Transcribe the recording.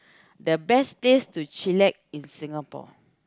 the best place to chill lax in Singapore